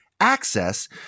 access